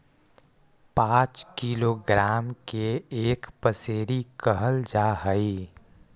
पांच किलोग्राम के एक पसेरी कहल जा हई